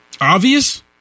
Obvious